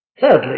Thirdly